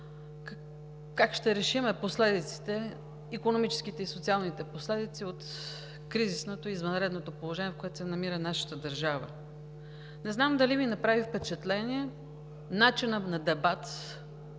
как ще решим икономическите и социалните последици от извънредното положение, в което се намира нашата държава, не знам дали Ви направи впечатление начина на дебат